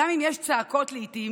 גם אם יש צעקות לעיתים,